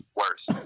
worse